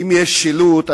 אם יש שילוט,